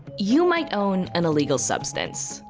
you might own an illegal substance.